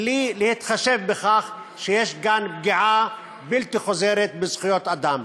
בלי להתחשב בכך שיש כאן פגיעה בלתי חוזרת בזכויות אדם.